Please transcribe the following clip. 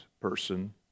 person